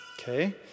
okay